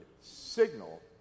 signal